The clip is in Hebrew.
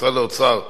משרד האוצר,